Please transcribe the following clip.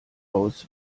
aus